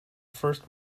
first